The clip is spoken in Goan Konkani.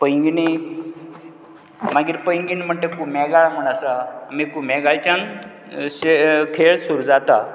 पैंगिणी मागीर पैंगीण म्हटगेर कुमेगाळ म्हूण आसा मागीर कुमेगाळच्यान स खेळ सुरू जाता